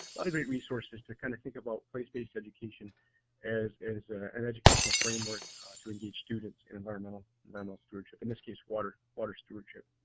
lot of great resources to kind of think about place-based education as as an educational framework to engage students in environmental and and stewardship, in this case water water stewardship.